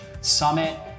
Summit